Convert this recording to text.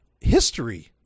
history